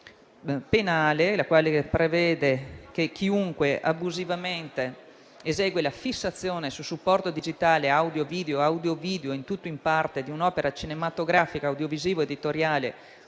penale, la quale prevede che chiunque abusivamente esegua la fissazione su supporto digitale audio-video, in tutto o in parte, di un'opera cinematografica audiovisivo-editoriale,